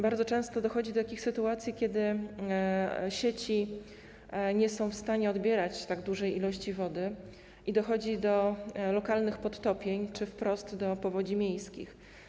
Bardzo często dochodzi do sytuacji, że sieci nie są w stanie odbierać tak dużej ilości wody i dochodzi do lokalnych podtopień czy wprost do powodzi miejskich.